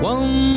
One